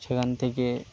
সেখান থেকে